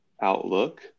outlook